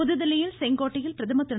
புதுதில்லியில் செங்கோட்டையில் பிரதமர் திரு